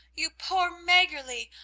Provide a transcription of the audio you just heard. you poor maggerli!